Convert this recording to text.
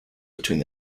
between